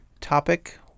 topic